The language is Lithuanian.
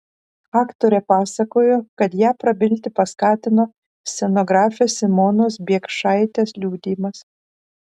aktorė pasakojo kad ją prabilti paskatino scenografės simonos biekšaitės liudijimas